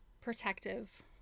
protective